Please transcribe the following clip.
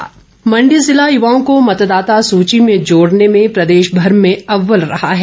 युवा मतदाता मण्डी ज़िला युवाओं को मतदाता सुची में जोड़ने में प्रदेशभर में अव्वल रहा है